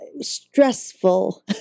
stressful